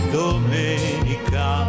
domenica